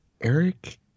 Eric